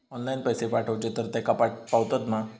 Online पैसे पाठवचे तर तेका पावतत मा?